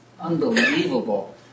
unbelievable